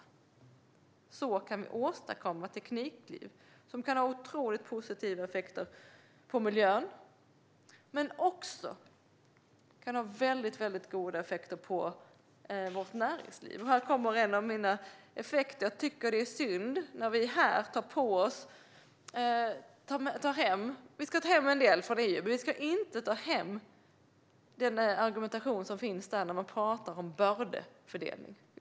På det sättet kan vi åstadkomma teknikkliv som kan ha otroligt positiva effekter på miljön men också väldigt goda effekter på vårt näringsliv. Här kommer en av mina poänger. Vi ska ta hem en del från EU, men vi ska inte ta hem argumentationen om bördefördelning.